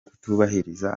kutubahiriza